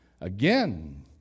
Again